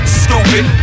stupid